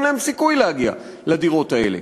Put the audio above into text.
אין להם סיכוי להגיע לדירות האלה.